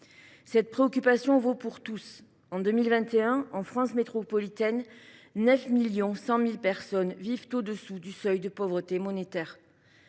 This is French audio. Cette préoccupation vaut pour tous : en 2021, en France métropolitaine, 9,1 millions de personnes vivaient au dessous du seuil de pauvreté monétaire.